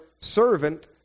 servant